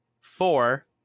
four